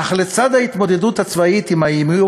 אך לצד ההתמודדות הצבאית עם האיום